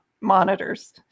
monitors